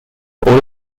all